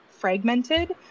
fragmented